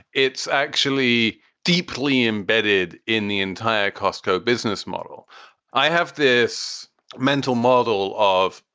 it's actually deeply embedded in the entire costco business model i have this mental model of,